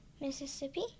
Mississippi